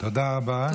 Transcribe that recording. תודה רבה.